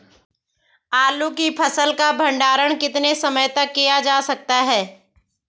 आलू की फसल का भंडारण कितने समय तक किया जा सकता है?